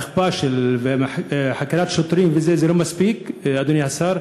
האכיפה וחקירת שוטרים זה לא מספיק, אדוני השר.